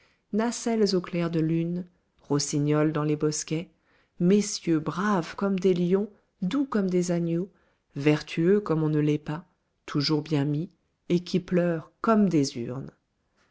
nacelles au clair de lune rossignols dans les bosquets messieurs braves comme des lions doux comme des agneaux vertueux comme on ne l'est pas toujours bien mis et qui pleurent comme des urnes